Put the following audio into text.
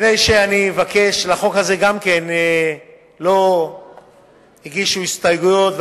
לחוק הזה לא הוגשו הסתייגויות,